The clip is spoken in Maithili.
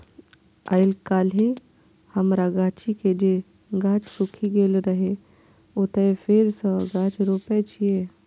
आइकाल्हि हमरा गाछी के जे गाछ सूखि गेल रहै, ओतय फेर सं गाछ रोपै छियै